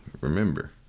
remember